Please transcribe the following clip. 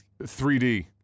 3D